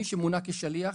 מי שמונה כשליח,